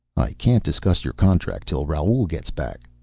can't discuss your contract till raoul gets back,